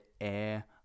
air